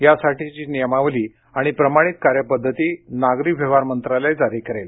यासाठीची नियमावली आणि प्रमाणित कार्यपद्धती नागरी व्यवहार मंत्रालय जारी करेल